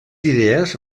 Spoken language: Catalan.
idees